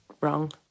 wrong